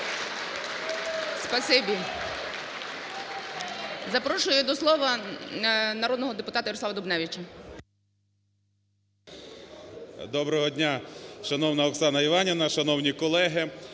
Доброго дня, шановна Оксана Іванівна, шановні колеги!